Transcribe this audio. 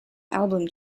album